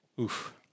Oof